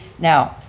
now,